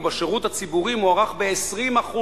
ובשירות הציבורי הוא מוערך ב-20%,